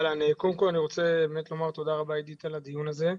קודם כל אני רוצה באמת לומר תודה רבה עידית על הדיון הזה.